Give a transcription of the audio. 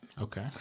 Okay